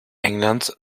englands